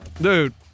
Dude